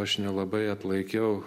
aš nelabai atlaikiau